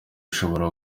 dushobora